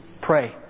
pray